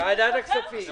ועדת הכספים.